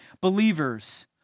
believers